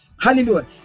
Hallelujah